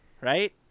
right